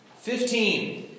Fifteen